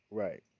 right